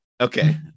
Okay